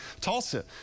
Tulsa